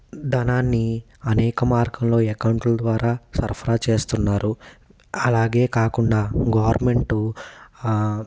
ధనాన్ని అనేక మార్గంలో ఎకౌంట్ల ద్వారా సరఫరా చేస్తున్నారు అలాగే కాకుండా గవర్నమెంటు